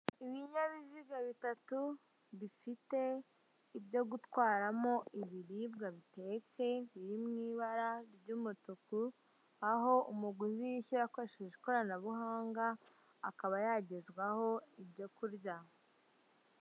Ibinyabiziga bitatu bifite ibyo gutwaramo ibiribwa bitetse biri mu ibara ry'umutuku aho umuguzi yishyura akoresheje ikoranabuhanga akaba yagezwaho ibyo kurya.